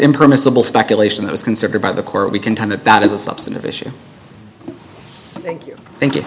impermissible speculation that was considered by the court we can time it that is a substantive issue thank you thank you